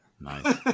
Nice